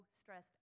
stressed